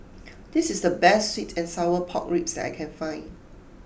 this is the best Sweet and Sour Pork Ribs that I can find